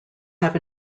have